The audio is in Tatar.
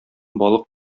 балык